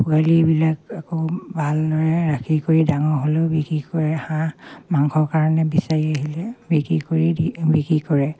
পোৱালিবিলাক আকৌ ভালদৰে ৰাখি কৰি ডাঙৰ হ'লেও বিক্ৰী কৰে হাঁহ মাংসৰ কাৰণে বিচাৰি আহিলে বিক্ৰী কৰি দি বিকি কৰে